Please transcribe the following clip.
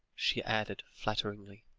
she added falteringly.